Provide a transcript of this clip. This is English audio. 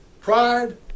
pride